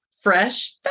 fresh